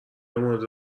مورد